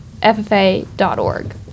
ffa.org